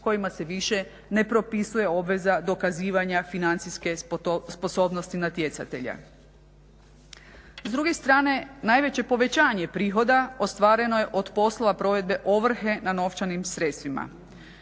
kojima se više ne propisuje obveza dokazivanja financijske sposobnosti natjecatelja. S druge strane, najveće povećanje prihoda ostvareno je od poslova provedbe ovrhe na novčanim sredstvima.